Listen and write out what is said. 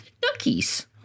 duckies